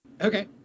okay